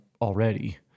already